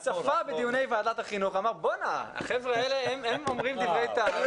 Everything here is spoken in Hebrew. -- הוא צפה בדיוני ועדת החינוך ואמר: החבר'ה האלה אומרים דברי טעם.